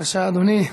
(הקמת מחלקה כלכלית בבית המשפט המחוזי בחיפה),